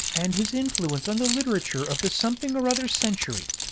and his influence on the literature of the something or other century.